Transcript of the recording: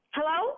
Hello